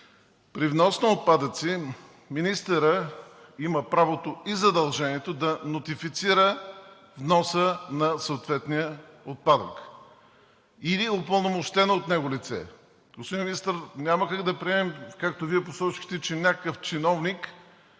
при внос на отпадъци министърът има правото и задължението да нотифицира вноса на съответния отпадък или упълномощено от него лице. Господин Министър, няма как да приемем, както Вие посочихте, че някакъв чиновник